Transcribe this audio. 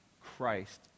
Christ